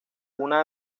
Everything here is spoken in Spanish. una